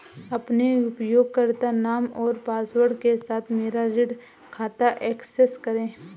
अपने उपयोगकर्ता नाम और पासवर्ड के साथ मेरा ऋण खाता एक्सेस करें